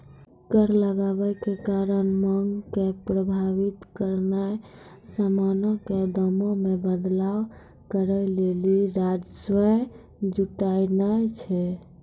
कर लगाबै के कारण मांग के प्रभावित करनाय समानो के दामो मे बदलाव करै लेली राजस्व जुटानाय छै